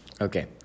Okay